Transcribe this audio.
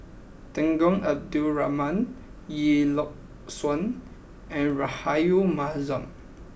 Temenggong Abdul Rahman Lee Yock Suan and Rahayu Mahzam